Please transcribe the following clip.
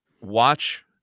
watch